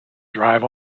drive